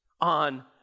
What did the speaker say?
on